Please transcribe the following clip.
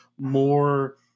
more